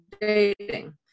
dating